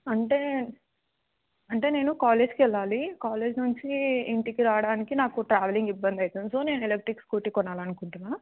అంటే అంటే నేను కాలేజీకి వేళ్ళాలి కాలేజీ నుంచి ఇంటికి రావడానికి నాకు ట్రావలింగ్ ఇబ్బంది అవుతుంది సొ నేను ఎలెక్ట్రిక్ స్కూటీ కొనాలనుకుంటున్నను